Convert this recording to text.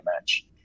match